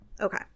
okay